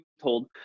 told